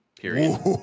Period